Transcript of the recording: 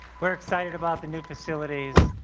we're excited about the new facilities